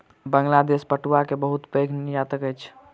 बांग्लादेश पटुआ के बहुत पैघ निर्यातक अछि